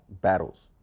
battles